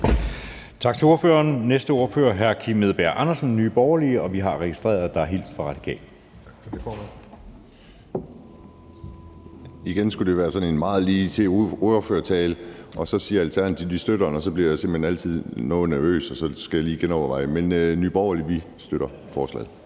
Tak til ordføreren. Næste ordfører er hr. Kim Edberg Andersen, Nye Borgerlige. Vi har registreret, at der er hilst fra Radikale. Kl. 15:02 (Ordfører) Kim Edberg Andersen (NB): Tak, formand. Igen skulle det være sådan en meget ligetil ordførertale, og så siger Alternativet, at de støtter forslaget, og så bliver jeg simpelt hen altid noget nervøs, og så skal jeg lige genoverveje. Men Nye Borgerlige støtter forslaget.